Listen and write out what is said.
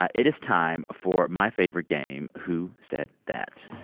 ah it is time for my favorite game, who said that